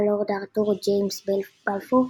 הלורד ארתור ג'יימס בלפור,